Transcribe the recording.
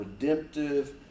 redemptive